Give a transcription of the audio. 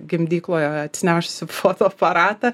gimdykloje atsinešusi fotoaparatą